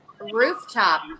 rooftop